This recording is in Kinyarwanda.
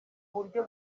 buryo